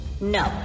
No